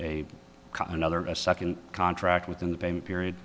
a another a second contract within the same period